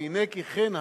והנה כי כן,